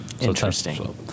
Interesting